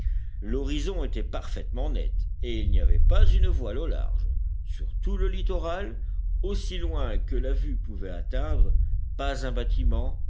l'horizon était parfaitement net et il n'y avait pas une voile au large sur tout le littoral aussi loin que la vue pouvait atteindre pas un bâtiment